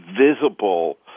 visible